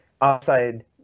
outside